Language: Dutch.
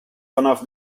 vanaf